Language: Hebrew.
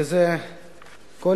וזה כל